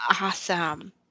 Awesome